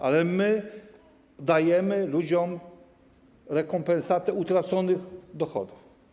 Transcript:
Ale my dajemy ludziom rekompensatę utraconych dochodów.